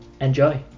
Enjoy